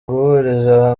guhuriza